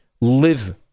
live